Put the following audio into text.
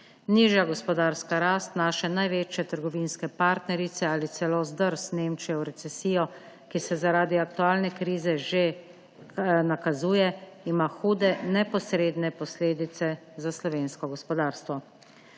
Nižja gospodarska rast naše največje trgovinske partnerice ali celo zdrs Nemčije v recesijo, ki se zaradi aktualne krize že nakazuje, ima hude neposredne posledice za slovensko gospodarstvo.